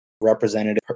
representative